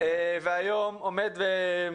לשעבר שעומד היום